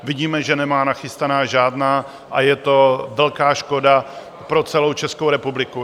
Vidíme, že nemá nachystaná žádná, a je to velká škoda pro celou Českou republiku.